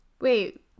Wait